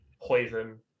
poison